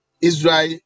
Israel